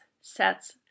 sets